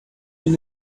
you